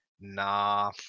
nah